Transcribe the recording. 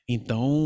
Então